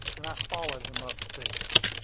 and i followed him up-stairs.